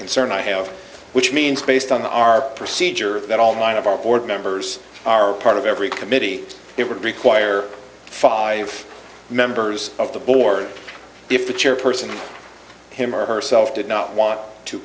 concern i have which means based on our procedure that all nine of our board members are part of every committee it would require five members of the board if the chairperson him or herself did not want to